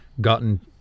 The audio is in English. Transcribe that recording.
gotten